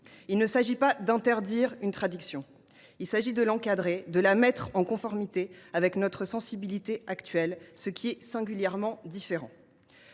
Il s’agit non pas d’interdire une tradition, mais de l’encadrer et de la mettre en conformité avec notre sensibilité actuelle, ce qui est singulièrement différent.